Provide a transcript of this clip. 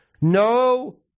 No